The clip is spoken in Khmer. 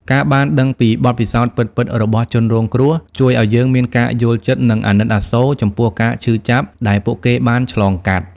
ការបានដឹងពីបទពិសោធន៍ពិតៗរបស់ជនរងគ្រោះជួយឲ្យយើងមានការយល់ចិត្ត និងអាណិតអាសូរចំពោះការឈឺចាប់ដែលពួកគេបានឆ្លងកាត់។